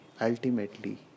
ultimately